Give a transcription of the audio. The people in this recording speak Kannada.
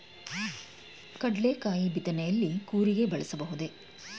ಕಡ್ಲೆಕಾಯಿ ಬಿತ್ತನೆಯಲ್ಲಿ ಕೂರಿಗೆ ಬಳಸಬಹುದೇ?